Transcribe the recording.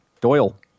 Doyle